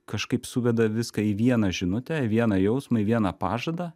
kažkaip suveda viską į vieną žinutę į vieną jausmą į vieną pažadą